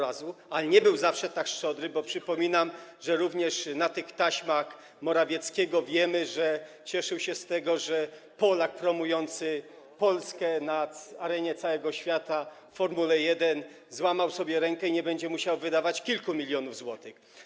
Ale nie zawsze był tak szczodry, bo przypominam, że z tych taśm Morawieckiego wiemy również, że cieszył się z tego, że Polak promujący Polskę na arenie całego świata w Formule 1 złamał sobie rękę i że nie będzie musiał wydawać kilku milionów złotych.